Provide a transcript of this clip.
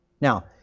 Now